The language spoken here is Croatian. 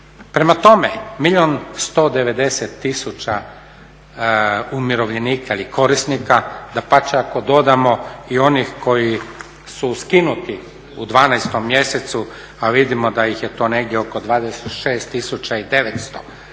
Prema tome, milijun 190 tisuća umirovljenika ili korisnika dapače ako dodamo i onih koji su skinuti u 12. mjesecu, a vidimo da ih je to negdje oko 26